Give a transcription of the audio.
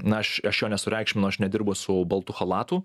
na aš aš jo nesureikšminu aš nedirbu su baltu chalatu